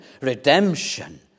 redemption